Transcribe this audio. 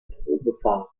probefahrt